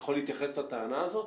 יכול להתייחס לטענה הזאת?